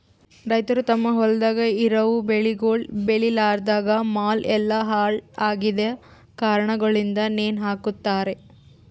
ರೈತುರ್ ತಮ್ ಹೊಲ್ದಾಗ್ ಇರವು ಬೆಳಿಗೊಳ್ ಬೇಳಿಲಾರ್ದಾಗ್ ಮಾಲ್ ಎಲ್ಲಾ ಹಾಳ ಆಗಿದ್ ಕಾರಣಗೊಳಿಂದ್ ನೇಣ ಹಕೋತಾರ್